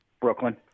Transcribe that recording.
Brooklyn